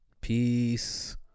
Peace